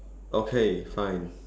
okay fine